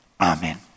Amen